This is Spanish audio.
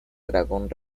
dragón